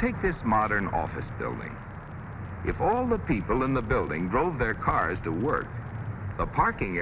take this modern office building if all the people in the building drove their cars the word the parking